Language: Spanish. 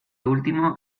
último